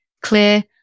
clear